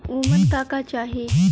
उमन का का चाही?